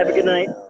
ah good night.